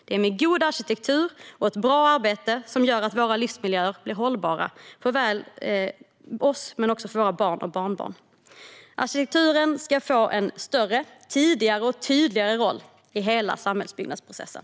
Det är god arkitektur och ett bra arbete som gör att våra livsmiljöer blir hållbara såväl för oss som för våra barn och barnbarn. Arkitekturen ska få en större, tidigare och tydligare roll i hela samhällsbyggnadsprocessen.